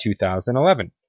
2011